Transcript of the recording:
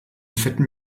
fetten